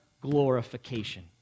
glorification